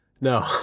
no